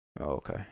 okay